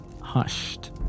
hushed